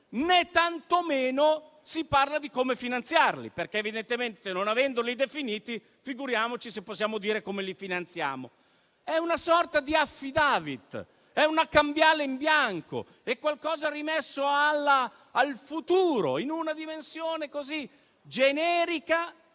né tantomeno di come finanziarli, perché evidentemente, non avendoli definiti, figuriamoci se possiamo dire come li finanziamo. È una sorta di *affidavit,* è una cambiale in bianco, è qualcosa che viene rimesso al futuro, in una dimensione generica